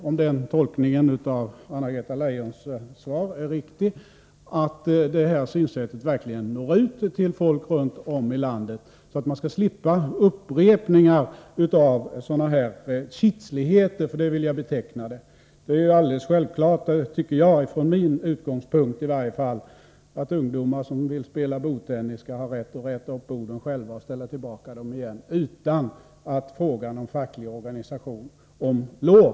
Om min tolkning av Anna-Greta Leijons svar är riktig, tror jag att det är väsentligt att detta synsätt verkligen når ut till folk runt om i landet, så att man slipper upprepningar av sådana här händelser, som jag vill beteckna som kitsligheter. I varje fall från min utgångspunkt är det självklart att ungdomar som vill spela bordtennis skall ha rätt att själva bära fram och ställa tillbaka borden utan att fråga någon facklig organisation om lov.